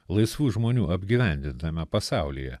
laisvų žmonių apgyvendintame pasaulyje